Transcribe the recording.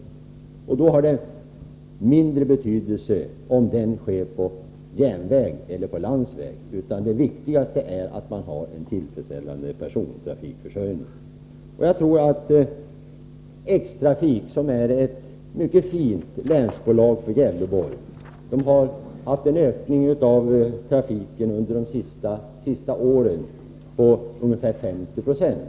Då har det mindre betydelse om den sker på järnväg eller på landsväg. Det viktigaste är att man har en tillfredsställande persontrafikförsörjning. X-Trafik, som är ett mycket fint länsbolag för Gävleborg, har haft en ökning av trafiken under de senaste åren på ungefär 50 20.